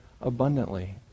abundantly